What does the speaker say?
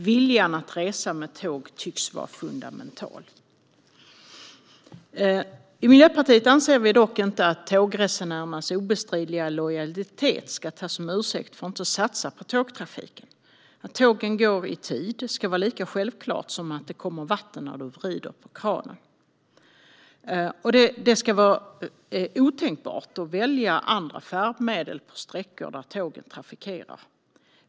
Viljan att resa med tåg tycks vara fundamental. I Miljöpartiet anser vi dock inte att tågresenärernas obestridliga lojalitet ska tas som ursäkt för att inte satsa på tågtrafiken. Att tågen går i tid ska vara lika självklart som att det kommer vatten när man vrider på kranen. Det ska vara otänkbart att välja andra färdmedel på sträckor som trafikeras av tåg.